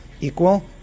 equal